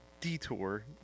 detour